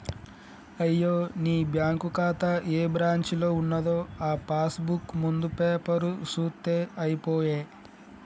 అయ్యో నీ బ్యాంకు ఖాతా ఏ బ్రాంచీలో ఉన్నదో ఆ పాస్ బుక్ ముందు పేపరు సూత్తే అయిపోయే